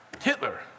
Hitler